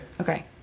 Okay